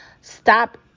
stop